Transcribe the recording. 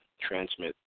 transmit